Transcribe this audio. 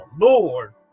Lord